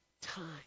time